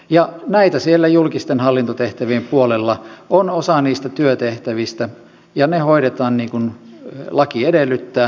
ja näitä siellä julkisten hallintotehtävien puolella on osa niistä työtehtävistä ja ne hoidetaan niin kuin laki edellyttää